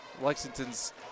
Lexington's